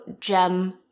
gem